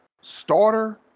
starter